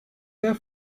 der